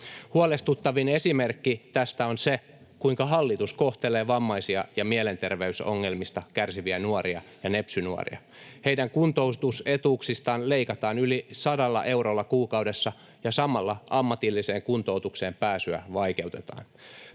Huolestuttavin esimerkki tästä on se, kuinka hallitus kohtelee vammaisia ja mielenterveysongelmista kärsiviä nuoria ja nepsy-nuoria. Heidän kuntoutusetuuksistaan leikataan yli 100 eurolla kuukaudessa ja samalla ammatilliseen kuntoutukseen pääsyä vaikeutetaan.